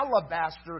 alabaster